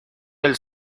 del